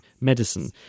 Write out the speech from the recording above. medicine